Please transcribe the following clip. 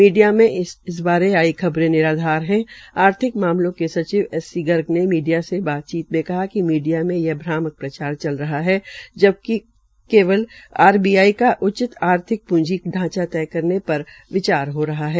media में इस बारे आई खबरों निराधार है आर्थिक मामलों के सचिव एस सी गर्ग ने मीडिया से बातचीत मे कहा कि मीडिया में यह प्रचार चल रह है जबकि केवल आरबीआई का उचित आर्थिक भ्रामक प्ंजीगत ढांचा तय करने पर विचार हो रहा है